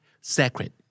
sacred